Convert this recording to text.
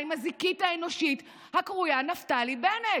עם הזיקית האנושית הקרויה נפתלי בנט.